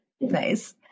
Nice